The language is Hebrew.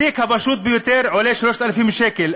התיק הפשוט ביותר עולה 3,000 שקל.